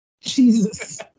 Jesus